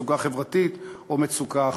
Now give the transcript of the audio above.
מצוקה חברתית או מצוקה אחרת.